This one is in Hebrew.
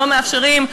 לא מאפשרים,